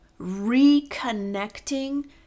reconnecting